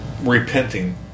repenting